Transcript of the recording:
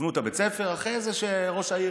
יבנו את בית הספר, ואחרי זה שראש העיר,